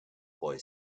boy